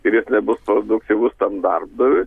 ir jis nebus produktyvus tam darbdaviui